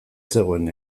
zegoen